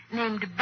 named